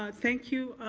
ah thank you,